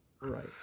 Right